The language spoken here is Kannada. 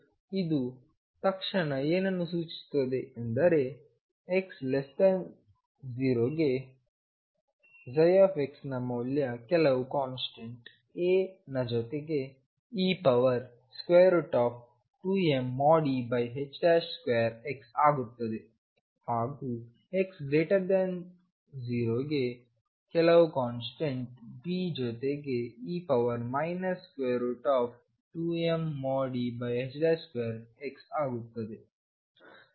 ಮತ್ತು ಇದು ತಕ್ಷಣ ಏನನ್ನು ಸೂಚಿಸುತ್ತದೆ ಅಂದರೆx0ಗೆ ψ ನ ಮೌಲ್ಯ ಕೆಲವು ಕಾನ್ಸ್ಟಂಟ್ A ನ ಜೊತೆಗೆ e2mE2x ಆಗುತ್ತದೆ ಹಾಗೂ x0 ಗೆ ಕೆಲವು ಕಾನ್ಸ್ಟಂಟ್B ಜೊತೆe 2mE2x ಆಗುತ್ತದೆ